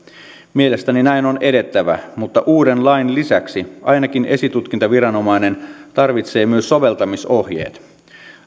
mielestäni näin on edettävä mutta uuden lain lisäksi ainakin esitutkintaviranomainen tarvitsee myös soveltamisohjeet